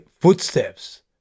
footsteps